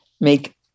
make